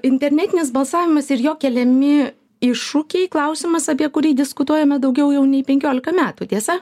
internetinis balsavimas ir jo keliami iššūkiai klausimas apie kurį diskutuojame daugiau nei penkiolika metų tiesa taip taip